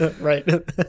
Right